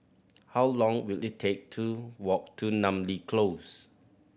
how long will it take to walk to Namly Close